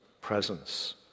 presence